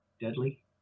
deadly